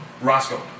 Roscoe